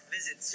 Visit